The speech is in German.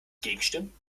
gegenstimmen